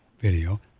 video